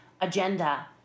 agenda